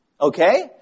Okay